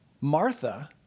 Martha